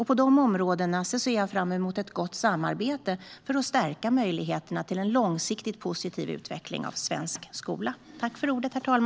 På dessa områden ser jag fram emot ett gott samarbete för att stärka möjligheterna till en långsiktigt positiv utveckling av svensk skola.